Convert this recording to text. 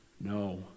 No